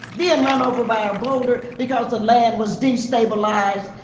being run over by a boulder because the land was destabilized.